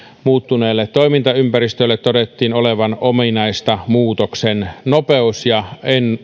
muuttuneelle toimintaympäristölle todettiin olevan ominaista muutoksen nopeus ja